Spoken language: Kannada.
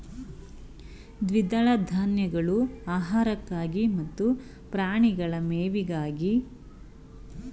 ದ್ವಿದಳ ಧಾನ್ಯಗಳು ಆಹಾರಕ್ಕಾಗಿ ಮತ್ತು ಪ್ರಾಣಿಗಳ ಮೇವಿಗಾಗಿ, ಹಸಿರು ಗೊಬ್ಬರಕ್ಕಾಗಿ ರೈತ್ರು ಬೆಳಿತಾರೆ